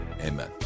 Amen